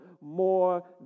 more